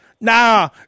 Nah